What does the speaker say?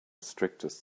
strictest